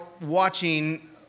watching